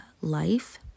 life